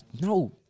no